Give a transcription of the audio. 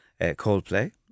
Coldplay